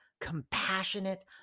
compassionate